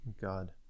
God